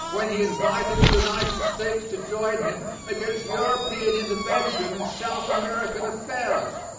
when he invited the united states to join him against european intervention in south american affairs.